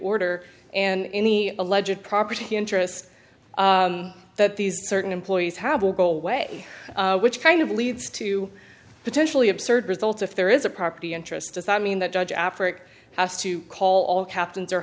order and any alleged property interests that these certain employees have will go away which kind of leads to potentially absurd results if there is a property interest does that mean that judge africa has to call all captains or